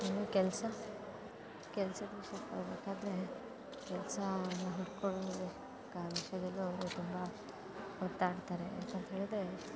ಇನ್ನು ಕೆಲಸ ಕೆಲಸದ ವಿಷಯ ಹೇಳಬೇಕಾದ್ರೆ ಕೆಲಸವನ್ನು ಹುಡುಕೋ ವಿಷಯದಲ್ಲು ಅವರು ತುಂಬ ಒದ್ದಾಡ್ತಾರೆ ಯಾಕಂತ ಹೇಳಿದರೆ